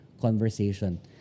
conversation